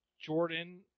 Jordan